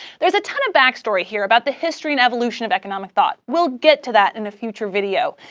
there's a ton of backstory here about the history and evolution of economic thought we'll get to that in a future video.